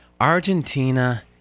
Argentina